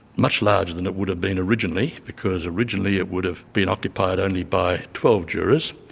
much larger than it would have been originally because originally it would have been occupied only by twelve jurors,